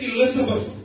Elizabeth